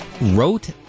Wrote